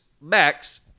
Max